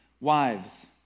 Wives